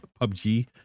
PUBG